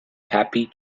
happy